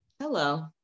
Hello